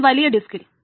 ഒരു വലിയ ഡിസ്കിൽ